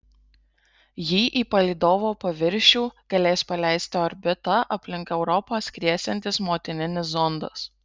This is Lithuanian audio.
jį į palydovo paviršių galės paleisti orbita aplink europą skriesiantis motininis zondas